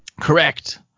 correct